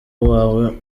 uwawe